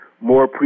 more